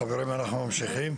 חברים, אנחנו ממשיכים.